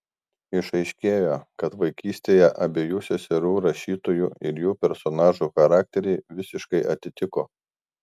išaiškėjo kad vaikystėje abiejų seserų rašytojų ir jų personažų charakteriai visiškai atitiko